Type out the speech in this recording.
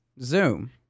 Zoom